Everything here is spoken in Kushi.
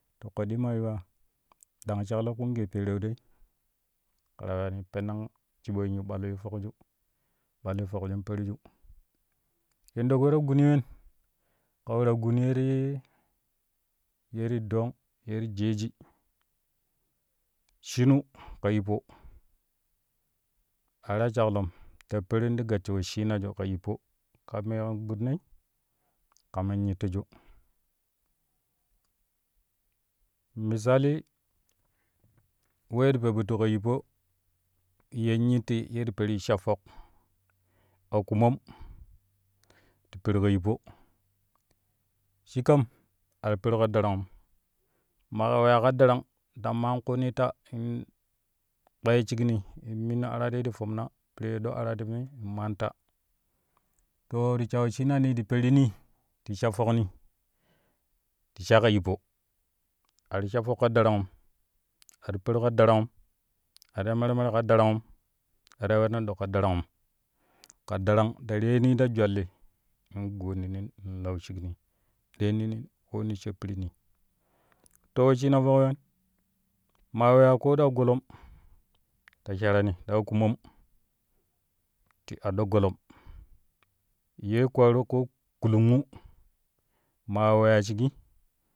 To koɗɗii maa yuwaa ɗang shaklo kpumu geepereu dai ke ta weyani penna shiɓo yin kpali ti fokju kpali fokju in peruju yeɗok we-ta-guni wen ka we-ta-gun ye ti ye ti dong ye ti jeji shinu ka yippo a ta ya shaklom ta peru ti gassho wesshinaju ka yippo ka me kan gbidinoi ka men nyittiju misali wee ti pepittu la yippo yen nyitti ye ti perui sha fok akumom ti peruka yippo shi kam a ti peru ka darangum ma kaa weya ka darang la maan ƙuni ta in kpee shikni in minnu arati ti fomna piree doo aratim in maan ta too ti sha wesshinani ti perini sha fokni ti shai ka yippo a ti sha fok ka darangum a ti peru ka darangum a ti ya mere mere ka darangum a ti ya wonn ɗok ka darangum ka darang ta reeni ta jwalli in guwonninin in lau shikri ɗeeninin koo ti she piritni too wesshina foki wen? Maa weya ko ɗaa golom ta sharani ta akumom ti aɗɗo golom ye kwaro ko kulungu maa weyaa shigi.